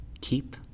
keep